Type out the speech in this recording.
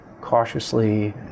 cautiously